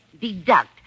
deduct